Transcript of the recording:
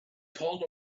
called